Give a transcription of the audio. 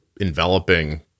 enveloping